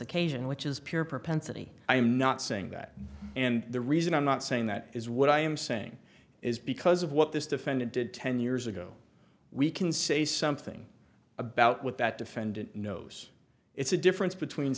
occasion which is pure propensity i am not saying that and the reason i'm not saying that is what i am saying is because of what this defendant did ten years ago we can say something about what that defendant knows it's a difference between